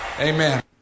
Amen